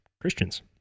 Christians